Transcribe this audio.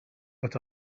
but